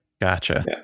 Gotcha